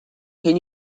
can